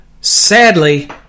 sadly